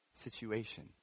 situation